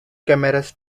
cameras